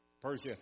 Persia